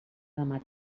demà